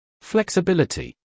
Flexibility